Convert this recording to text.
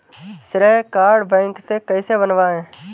श्रेय card bank से कैसे बनवाएं?